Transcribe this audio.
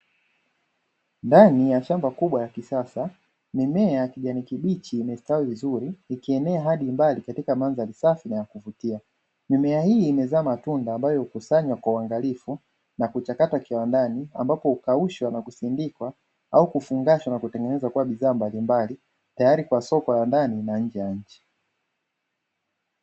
Ndani ya shamba kubwa la kisasa, mimea ya kijani kibichi imestawi vizuri ikienea hadi mbali katika mandhari safi na ya kuvutia, mimea hii imezaa matunda anbayo hukusanywa kwa uangalifu na kuchakatwa kiwandani, ambapo hukaushwa na kusindikwa au kufungashwa na kutengenezwa kuwa bidhaa mbalimbali, tayari kwa soko la ndani au nje ya nchi.